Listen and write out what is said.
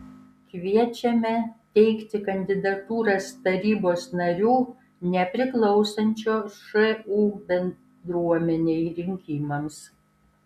kviečiame teikti kandidatūras tarybos narių nepriklausančių šu bendruomenei rinkimams